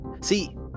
see